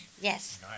Yes